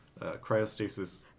cryostasis